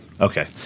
Okay